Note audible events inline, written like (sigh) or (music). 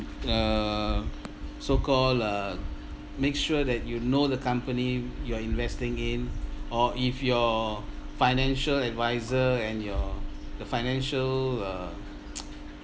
err so called err make sure that you know the company you're investing in or if your financial advisor and your the financial uh (noise)